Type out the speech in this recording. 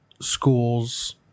schools